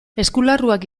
eskularruak